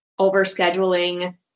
overscheduling